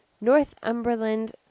Northumberland